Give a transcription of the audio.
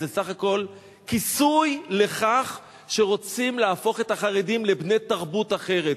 זה בסך הכול כיסוי לכך שרוצים להפוך את החרדים לבני תרבות אחרת.